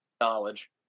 knowledge